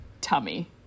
tummy